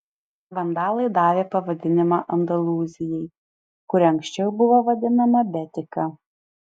vandalai davė pavadinimą andalūzijai kuri anksčiau buvo vadinama betika